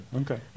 Okay